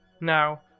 Now